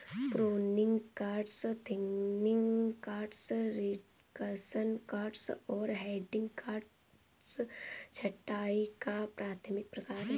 pruning cuts, thinning cuts, reduction cuts और heading cuts छंटाई का प्राथमिक प्रकार हैं